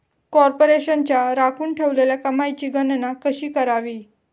कॉर्पोरेशनच्या राखून ठेवलेल्या कमाईची गणना कशी करावी